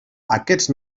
aquests